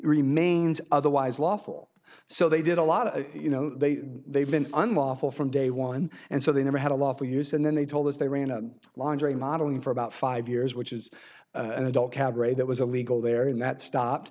remains otherwise lawful so they did a lot of you know they they've been unlawful from day one and so they never had a lawful use and then they told us they ran a laundry modeling for about five years which is an adult cabaret that was illegal there in that stopped